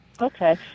Okay